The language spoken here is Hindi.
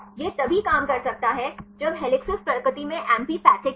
यह तभी काम कर सकता है जब हेलिसेस प्रकृति में एम्फीपैथिक हों